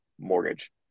mortgage